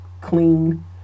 clean